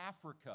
Africa